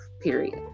period